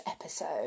episode